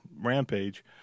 rampage